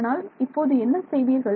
ஆனால் இப்போது என்ன செய்வீர்கள்